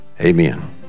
Amen